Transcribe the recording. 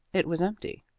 it was empty,